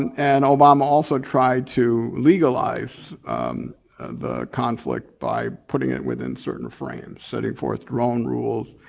and obama also tried to legalize the conflict by putting it within certain frames, setting forth drone rules,